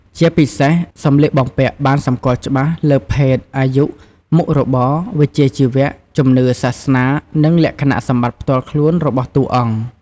ជាពិសេសសម្លៀកបំំពាក់បានសម្គាល់ច្បាស់លើ ភេទ អាយុ មុខរបរ វិជ្ជាជីវៈ ជំនឿសាសនា និងលក្ខណៈសម្បត្តិផ្ទាល់ខ្លួនរបស់តួអង្គ ។